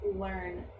learn